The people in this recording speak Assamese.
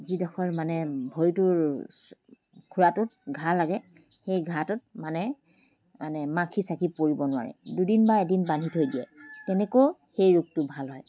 যিডোখৰ মানে ভৰিটোৰ খোৰাটোত ঘা লাগে সেই ঘাটোত মানে মানে মাখি চাখি পৰিব নোৱাৰে দুদিন বা এদিন বান্ধি থৈ দিয়ে তেনেকৈও সেই ৰোগটো ভাল হয়